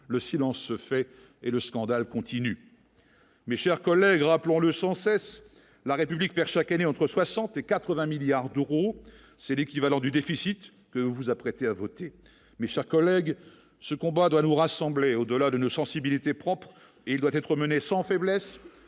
le silence fait et le scandale continue mais, chers collègues, rappelons-le, sans cesse la République perd chaque année entre 60 et 80 milliards d'euros, c'est l'équivalent du déficit que vous vous apprêtez à voter mais chers collègues ce combat doit nous rassembler au-delà de nos sensibilités propres et il doit être mené sans faiblesse,